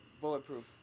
Bulletproof